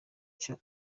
icyo